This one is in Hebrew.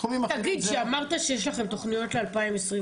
תחומים אחרים --- כשאמרת שיש לכם תכניות ל-2022,